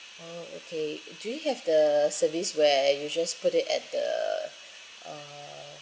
oh okay do you have the service where you just put it at the uh